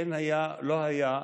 כן היה, לא היה,